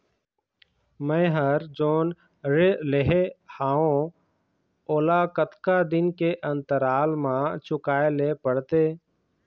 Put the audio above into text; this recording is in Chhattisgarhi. मैं हर जोन ऋण लेहे हाओ ओला कतका दिन के अंतराल मा चुकाए ले पड़ते?